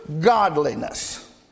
godliness